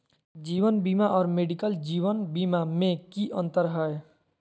जीवन बीमा और मेडिकल जीवन बीमा में की अंतर है?